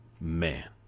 man